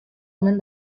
omen